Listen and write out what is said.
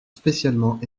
spécialement